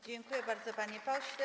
Dziękuję bardzo, panie pośle.